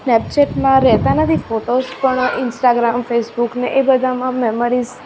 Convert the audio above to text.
સ્નેપચેટમાં રહેતા નથી ફોટોસ પણ ઇન્સ્ટાગ્રામ ફેસબુક ને એ બધામાં મેમરિસ